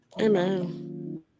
Amen